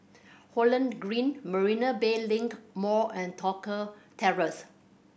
Holland Green Marina Bay Link Mall and Tosca Terrace